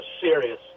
serious